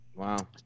Wow